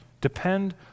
Depend